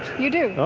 you do